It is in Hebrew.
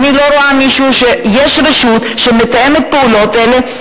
אני לא רואה שיש רשות שמתאמת את הפעולות האלה,